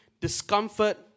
discomfort